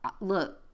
look